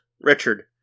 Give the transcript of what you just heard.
Richard